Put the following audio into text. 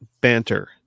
banter